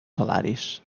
salaris